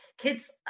Kids